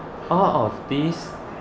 all of this